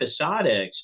episodics